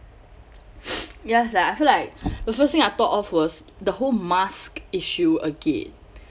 ya sia I feel like the first thing I thought of was the whole mask issue again